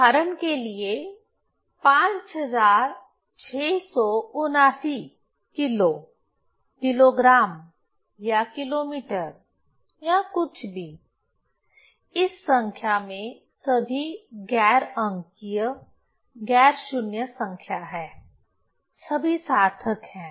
उदाहरण के लिए 5679 किलो किलो ग्राम या किलोमीटर या जो कुछ भी इस संख्या में सभी गैर अंकीय गैर शून्य संख्या हैं सभी सार्थक हैं